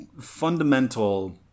fundamental